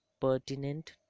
pertinent